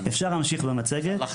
אפשר להמשיך במצגת.